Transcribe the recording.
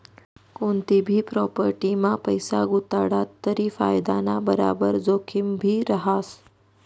कोनतीभी प्राॅपटीमा पैसा गुताडात तरी फायदाना बराबर जोखिमभी रहास